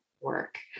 work